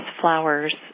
Flowers